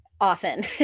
often